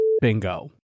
bingo